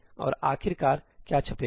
और आखिरकार क्या छपेगा